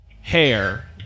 Hair